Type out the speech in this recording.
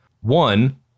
one